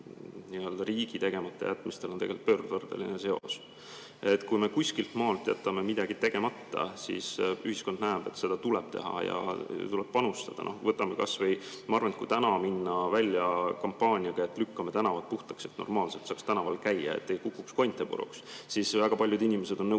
riigi tegematajätmistel on tegelikult pöördvõrdeline seos? Kui me kuskilt maalt jätame midagi tegemata, siis ühiskond näeb, et seda tuleb teha ja sellesse tuleb panustada. Ma arvan, et kui täna minna välja kampaaniaga, et lükkame tänavad puhtaks, et saaks normaalselt käia ega kukuks konte puruks, siis väga paljud inimesed on nõus